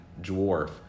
dwarf